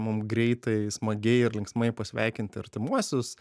mum greitai smagiai ir linksmai pasveikinti artimuosius